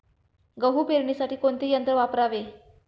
गहू पेरणीसाठी कोणते यंत्र वापरावे?